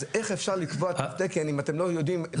אז איך אפשר לקבוע תו תקן אם אתם לא יודעים את הבעיה?